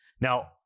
Now